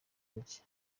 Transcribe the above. gutyo